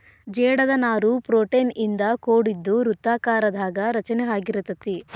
ಜೇಡದ ನಾರು ಪ್ರೋಟೇನ್ ಇಂದ ಕೋಡಿದ್ದು ವೃತ್ತಾಕಾರದಾಗ ರಚನೆ ಅಗಿರತತಿ